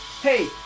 Hey